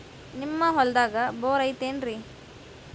ನಿಮ್ಮ ಹೊಲ್ದಾಗ ಬೋರ್ ಐತೇನ್ರಿ?